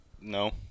No